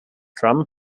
drum